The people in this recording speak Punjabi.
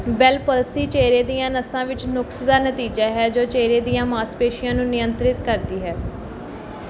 ਬੈੱਲ ਪਲਸੀ ਚਿਹਰੇ ਦੀਆਂ ਨਸਾਂ ਵਿਚ ਨੁਕਸ ਦਾ ਨਤੀਜਾ ਹੈ ਜੋ ਚਿਹਰੇ ਦੀਆਂ ਮਾਸਪੇਸ਼ੀਆਂ ਨੂੰ ਨਿਯੰਤਰਿਤ ਕਰਦੀ ਹੈ